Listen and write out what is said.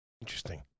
Interesting